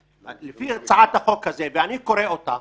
לפי הצעת החוק הזאת, ואני קורא אותה